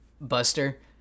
Buster